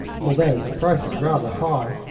although the price is rather high.